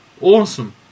Awesome